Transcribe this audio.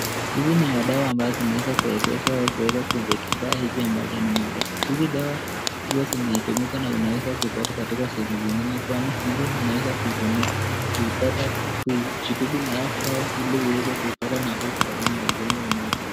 Hizi ni madawa ambazo zinaweza kuwekeza kuweka kwenye kifaa hiki ambazo ni moja. Hizi dawa hua zinatumika na unaweza kuipata katika sehemu zingine kwani hizi unaweza kuitumia kuipata na kujitibu na ili uweze kuipata nafuu kutokana na ugonjwa unao...